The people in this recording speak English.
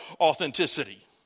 authenticity